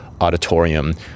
auditorium